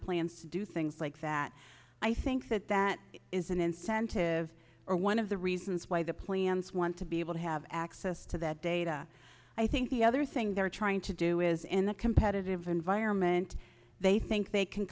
plans to do things like that i think that that is an incentive or one of the reasons why the plants want to be able to have access to that data i think the other thing they're trying to do is in the competitive environment they think